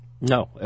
No